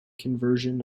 conversion